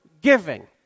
giving